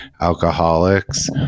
alcoholics